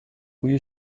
بوی